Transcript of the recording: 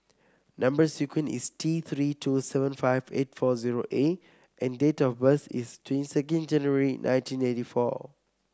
number sequence is T Three two seven five eight four zero A and date of birth is twenty second January nineteen eighty four